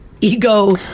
ego